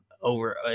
over